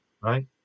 right